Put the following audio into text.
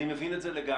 אני מבין את זה לגמרי.